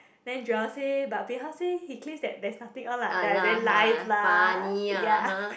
then Joel say but bin hao say he claims that there's nothing on lah then I say lies lah ya